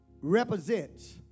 represents